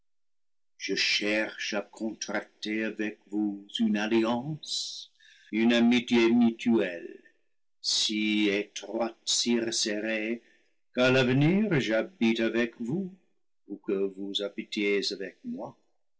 je cherche à contracter avec vous une alliance une amitié mutuelle si étroite si resserrée qu'à l'avenir j'habite avec vous ou que vous habitiez avec moi